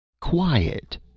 Quiet